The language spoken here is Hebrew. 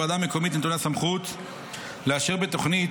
לוועדה המקומית נתונה סמכות לאשר בתוכנית